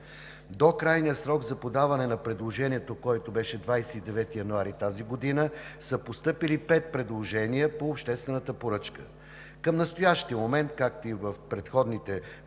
До крайния срок за подаване на предложението, който беше 29 януари тази година, са постъпили пет предложения по обществената поръчка. Към настоящия момент, както и в предходните позиции,